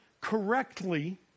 correctly